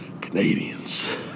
Canadians